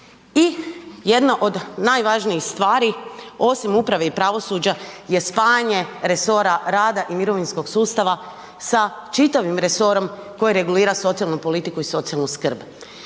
I jedno od najvažnijih stvari, osim uprave i pravosuđa je spajanje resora rada i mirovinskog sustava sa čitavim resorom koje regulira socijalnu politiku i socijalnu skrb.